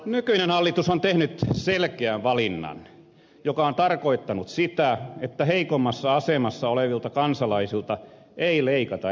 nykyinen hallitus on tehnyt selkeän valinnan joka on tarkoittanut sitä että heikoimmassa asemassa olevilta kansalaisilta ei leikata etuuksia